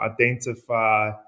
identify